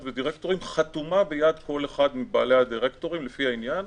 ודירקטורית חתומה ביד כל אחד מבעלי המניות והדירקטורים לפי העניין.